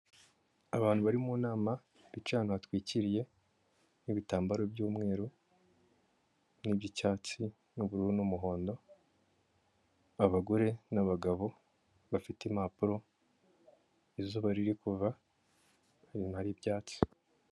Abantu bari mu nama bicaye ahantu hatwikiriye, mu bitambaro by'umweru n'iby'icyatsi n'ubururu n'umuhondo, abagore n'abagabo bafite impapuro, izuba riri kuva, inyuma hari ibyatsi.